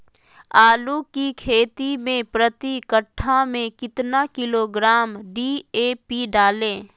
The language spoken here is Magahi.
आलू की खेती मे प्रति कट्ठा में कितना किलोग्राम डी.ए.पी डाले?